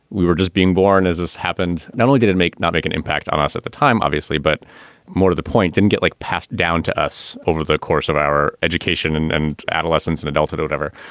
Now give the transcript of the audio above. we were just being born as this happened. not only did it make not make an impact on us at the time, obviously, but more to the point than get like passed down to us. over the course of our education and and adolescence and adulthood ever,